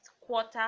quarter